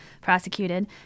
prosecuted